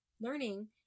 learning